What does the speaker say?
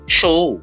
show